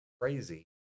crazy